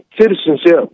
citizenship